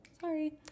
sorry